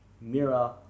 Mira